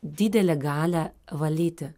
didelę galią valyti